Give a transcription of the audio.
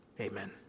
Amen